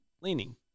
Leaning